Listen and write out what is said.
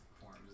forms